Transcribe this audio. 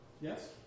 Yes